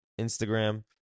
Instagram